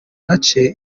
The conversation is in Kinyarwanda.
gace